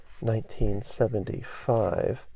1975